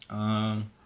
err